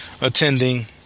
attending